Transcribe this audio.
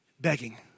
begging